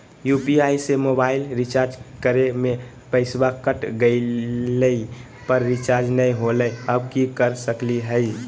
UPI से mobile recharge करे में पैसा कट गेलई, पर रिचार्ज नई होलई, अब की कर सकली हई?